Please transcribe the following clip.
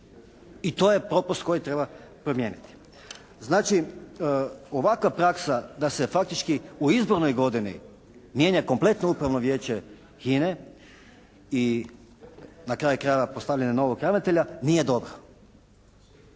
I to je propust koji treba promijeniti. Znači, ovakva praksa da se faktički u izbornoj godini mijenja kompletno Upravno vijeće HINA-e i na kraju krajeva postavljanje novog ravnatelja nije dobro.